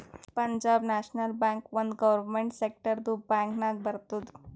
Punjab National Bank ಒಂದ್ government ಸೆಕ್ಟರ್ದು bank ನಾಗ್ ಬರ್ತುದ್